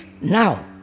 now